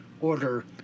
order